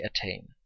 attain